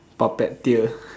puppeteer